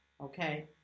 okay